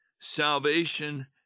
Salvation